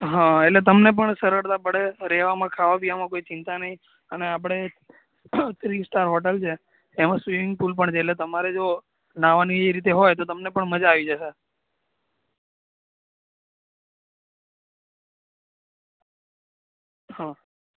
હં એટલે તમને પણ સરળતા પડે રહેવામાં ખાવા પીવામાં કોઈ ચિંતા નહીં અને આપણે થ્રી સ્ટાર હોટલ છે એમાં સ્વિમિંગ પુલ પણ છે એટલે તમારે જો નાહવાની એ રીતે હોય તો તમને પણ મજા આવી જશે હં